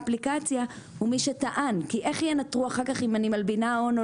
לאפליקציה הוא מי שטען כי איך ינטרו אחר-כך אם אני מלבינה הון או לא?